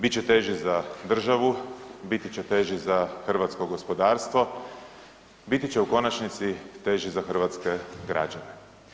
Bit će teži za državu, biti će teži za hrvatsko gospodarstvo, biti će u konačnici teži za hrvatske građane.